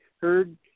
heard